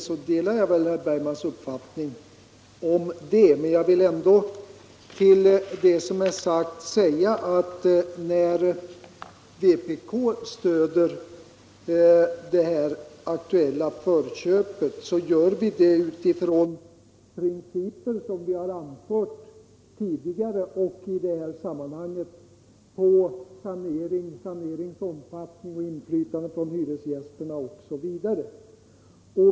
Jag delar väl herr Bergmans uppfattning om det, men jag vill ändå tillägga att när vpk stöder det ifrågavarande förköpet, så gör vi det utifrån principer som vi har redovisat tidigare när det gäller hyresgästernas inflytande på saneringars omfattning osv.